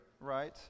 right